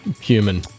human